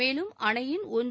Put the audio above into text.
மேலும் அணையின் ஒன்று